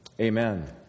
Amen